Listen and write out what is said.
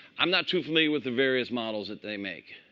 i'm not too familiar with the various models that they make.